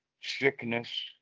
sickness